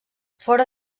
fora